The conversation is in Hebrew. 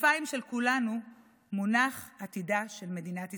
הכתפיים של כולנו מונח עתידה של מדינת ישראל.